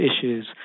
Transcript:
issues